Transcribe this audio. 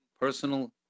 personal